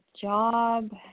job